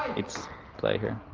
it's play here